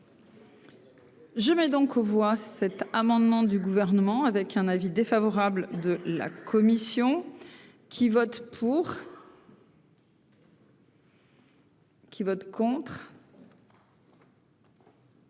Je mets donc aux voix cet amendement du gouvernement avec un avis défavorable de la commission qui vote pour. Qui vote contre.